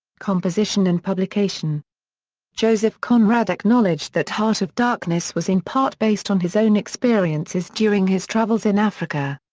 composition and publication joseph conrad acknowledged that heart of darkness was in part based on his own experiences during his travels in africa.